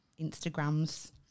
Instagrams